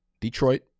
Detroit